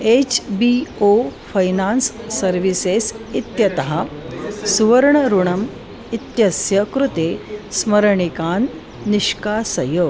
H B O finance services इत्यतः सुवर्णऋणम् इत्यस्य कृते स्मरणिकान् निष्कासय